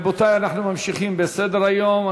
רבותי, אנחנו ממשיכים בסדר-היום.